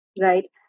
right